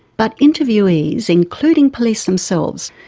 but interviewees, including police themselves,